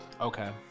Okay